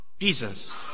Jesus